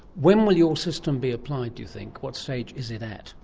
when will your system be applied, do you think, what stage is it at?